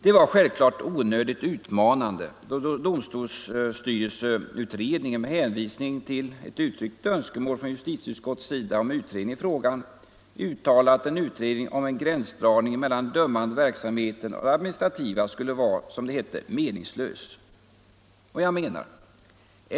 Det var självklart onödigt utmanande då domstolsstyrelseutredningen med hänvisning till ett uttryckligt önskemål från justitieutskottets sida om utredning i frågan uttalade att en utredning om gränsdragning mellan den dömande verksamheten och den administrativa skulle vara, som det hette, meningslös.